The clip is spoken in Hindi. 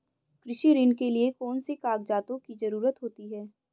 कृषि ऋण के लिऐ कौन से कागजातों की जरूरत होती है?